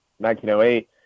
1908